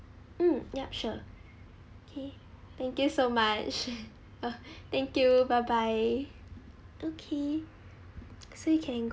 um yup sure okay thank you so much thank you bye bye okay so you can